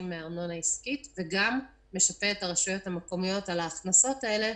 מארנונה עסקית וגם נשפה את הרשויות המקומיות על ההכנסות האלה.